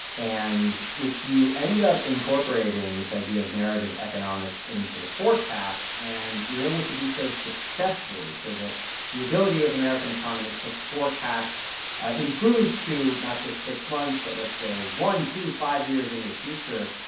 and if you end up incorporating this idea of narrative economics into the forecast and you're able to do so successfully so that the ability of american economists to forecast improves to not just six months but, let's say, one, two, five years into the future,